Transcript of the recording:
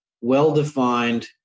well-defined